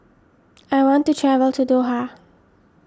I want to travel to Doha